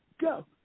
go